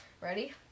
Ready